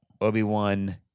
Obi-Wan